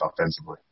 offensively